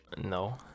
No